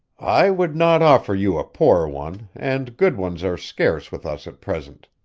i would not offer you a poor one, and good ones are scarce with us at present,